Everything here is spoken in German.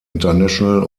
international